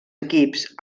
equips